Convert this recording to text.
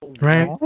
right